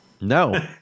No